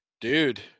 Dude